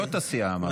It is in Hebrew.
מנהלות הסיעה אמרתי.